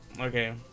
Okay